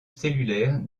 cellulaire